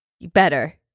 better